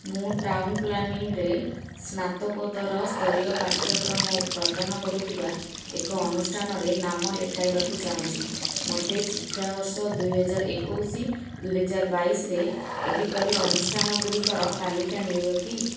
ମୁଁ ଟାଉନ୍ ପ୍ଲାନିଂରେ ସ୍ନାତକୋତ୍ତର ସ୍ତରୀୟ ପାଠ୍ୟକ୍ରମ ପ୍ରଦାନ କରୁଥିବା ଏକ ଅନୁଷ୍ଠାନରେ ନାମ ଲେଖାଇବାକୁ ଚାହୁଁଛି ମୋତେ ଶିକ୍ଷାବର୍ଷ ଦୁଇହାଜର ଏକୋଇଶ ଦୁଇହାଜର ବଇଶିରେ ଏହିପରି ଅନୁଷ୍ଠାନଗୁଡ଼ିକର ତାଲିକା ମିଳିବ କି